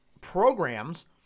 programs